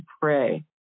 pray